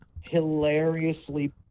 hilariously